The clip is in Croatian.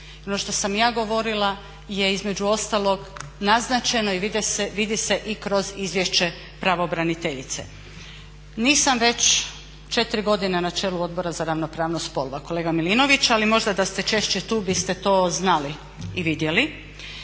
Ono što sam ja govorila je između ostalog naznačeno i vidi se i kroz Izvješće pravobraniteljice. Nisam već 4 godine na čelu Odbora za ravnopravnost spolova, kolega Milinović. Ali možda da ste češće tu biste to znali i vidjeli.